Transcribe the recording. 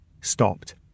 stopped